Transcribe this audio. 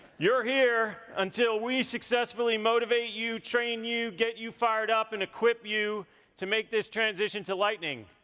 you're here until we successfully motivate you, train you, get you fired up, and equip you to make this transition to lightning.